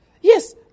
Yes